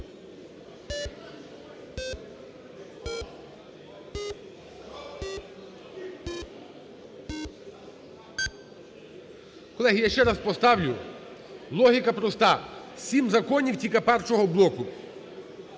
Колеги, я ще раз поставлю. Логіка проста: сім законів тільки першого блоку;